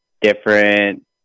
different